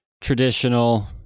traditional